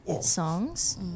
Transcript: songs